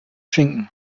schinken